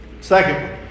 Second